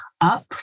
up